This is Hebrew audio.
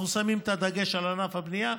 אנחנו שמים את הדגש על ענף הבנייה,